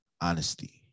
honesty